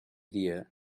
dia